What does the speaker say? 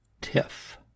Tiff